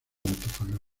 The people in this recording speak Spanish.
antofagasta